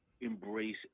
embrace